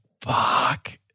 fuck